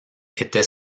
était